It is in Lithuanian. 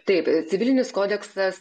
taip civilinis kodeksas